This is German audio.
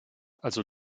also